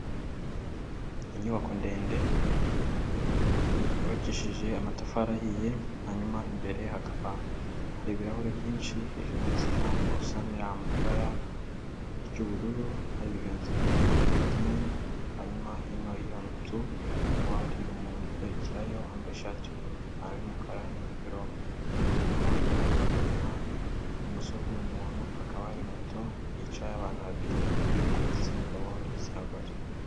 Inyubako ndende yubakishije amatafari ahiye hanyuma imbere hakaba hari ibirahure byinshi, hejuru yanditse ijambo Sanlam mu ibara ry'ubururu, hari ibiganza bibiri bifatanye hanyuma hino y'iyo nzu hakaba hari umuntu uri kwerekerayo wambaye ishati y'ubururu, ipantaro y'umukara n'ingofero y'umuhondo, hanyuma ibumoso bw'uwo muntu hakaba hari moto yicayeho abantu babiri umwe w'igitsina gabo undi w'igitsina gore.